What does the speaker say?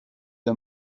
der